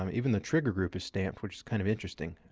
um even the trigger group is stamped which is kind of interesting.